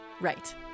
Right